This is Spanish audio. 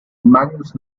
magnus